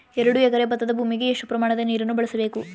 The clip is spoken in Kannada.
ಎರಡು ಎಕರೆ ಭತ್ತದ ಭೂಮಿಗೆ ಎಷ್ಟು ಪ್ರಮಾಣದ ನೀರನ್ನು ಬಳಸಬೇಕು?